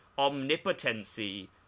omnipotency